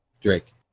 Drake